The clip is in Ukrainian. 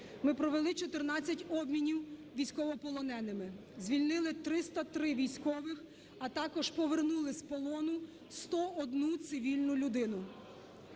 Ми провели 14 обмінів військовополоненими, звільнили 303 військових, а також повернули з полону 101 цивільну людину.